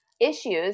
issues